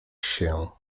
się